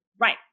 right